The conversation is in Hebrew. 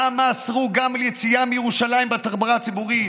למה אסרו גם יציאה מירושלים בתחבורה הציבורית,